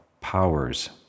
powers